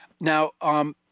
Now